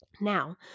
Now